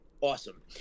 awesome